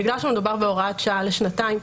בגלל שמדובר בהוראת שעה לשנתיים,